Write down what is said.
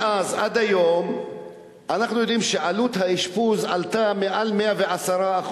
אנחנו יודעים שמאז ועד היום עלות האשפוז עלתה מעל 110%,